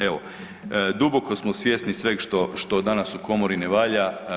Evo duboko smo svjesni svega što danas u Komori ne valja.